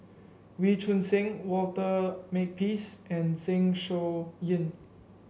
Wee Choon Seng Walter Makepeace and Zeng Shouyin